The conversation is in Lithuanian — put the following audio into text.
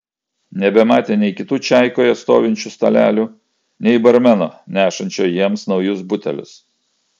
nebematė nei kitų čaikoje stovinčių stalelių nei barmeno nešančio jiems naujus butelius